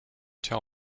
tell